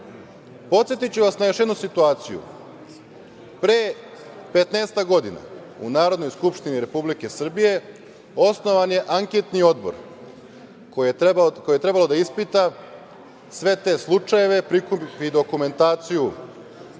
probleme. Podsetiću vas na još jednu situaciju. Pre petnaestak godina u Narodnoj skupštini Republike Srbije osnovan je anketni odbor koji je trebalo da ispita sve te slučajeve, prikupi dokumentaciju